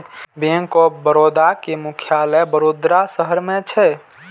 bank of Baroda के मुख्यालय वडोदरा शहर मे छै